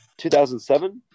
2007